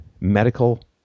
medical